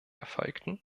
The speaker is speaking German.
erfolgten